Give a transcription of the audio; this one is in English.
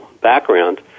background